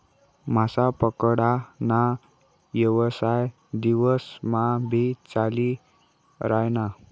मासा पकडा ना येवसाय दिवस मा भी चाली रायना